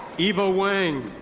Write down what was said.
evo wang.